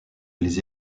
les